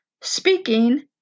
speaking